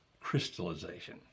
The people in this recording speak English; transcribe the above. crystallization